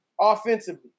offensively